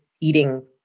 eating